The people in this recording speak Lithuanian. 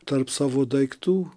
tarp savo daiktų